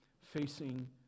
facing